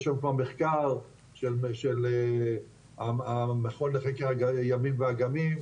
יש היום כבר מחקר של המכון לחקר הימים והאגמים,